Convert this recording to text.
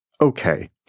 Okay